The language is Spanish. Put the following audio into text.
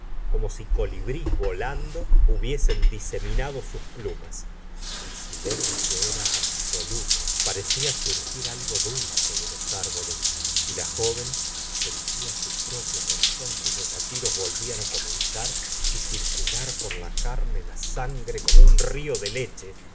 como si colibris volando hubiesen diseminado sus plumas et silencio era absoluto pare cía surgir algo dulce de los árboles y la joven sentía su propio corazón cuyos latidos volvían á comenzar y circular por la carne la sangre como un río de leche